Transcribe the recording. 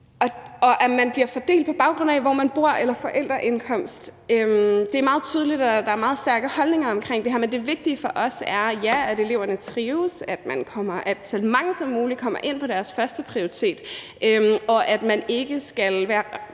at man bliver fordelt, på baggrund af hvor man bor eller ens forældres indkomst, er der meget stærke holdninger omkring. Men det vigtige for os er, at eleverne trives, at så mange som muligt kommer ind på deres førsteprioritet, og at man ikke skal være